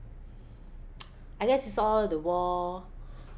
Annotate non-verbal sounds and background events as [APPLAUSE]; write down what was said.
[NOISE] I guess is all the war